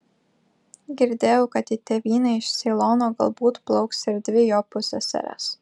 girdėjau kad į tėvynę iš ceilono galbūt plauks ir dvi jo pusseserės